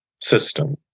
system